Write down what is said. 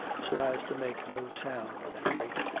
so as to make no sound at any rate,